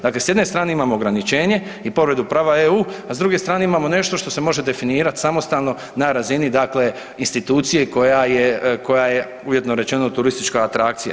Dakle, s jedne strane imamo ograničenje i povredu prava EU, a s druge strane imamo nešto što se može definirati samostalno na razini institucije koja je uvjetno rečeno turistička atrakcija.